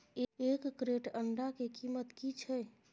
एक क्रेट अंडा के कीमत की छै?